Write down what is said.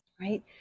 right